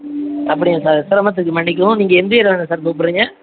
அப்படியாங்க சார் சிரமத்துக்கு மன்னிக்கவும் நீங்கள் எந்த ஏரியாலேருந்து சார் கூப்பிட்றீங்க